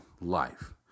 life